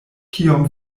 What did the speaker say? kiom